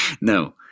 no